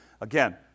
again